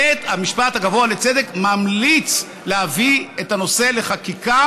בית המשפט הגבוה לצדק ממליץ להביא את הנושא לחקיקה,